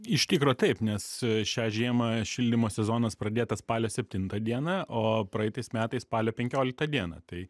iš tikro taip nes šią žiemą šildymo sezonas pradėtas spalio septintą dieną o praeitais metais spalio penkioliktą dieną tai